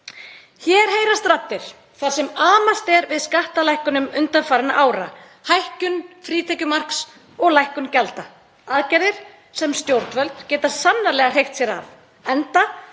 Hér heyrast raddir þar sem amast er við skattalækkunum undanfarinna ára, hækkun frítekjumarks og lækkun gjalda; aðgerðir sem stjórnvöld geta sannarlega hreykt sér af enda byggja